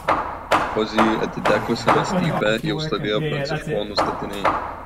hozijui atitekusiame sklype jau stovėjo pranciškonų statiniai